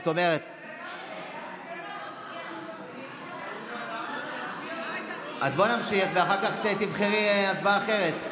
3. בוא נמשיך, ואחר כך תבחרי הצבעה אחרת.